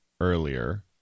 earlier